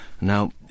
Now